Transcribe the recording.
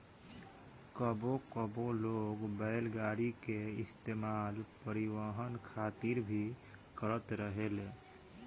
कबो कबो लोग बैलगाड़ी के इस्तेमाल परिवहन खातिर भी करत रहेले